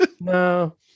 No